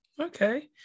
Okay